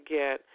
get